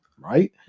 right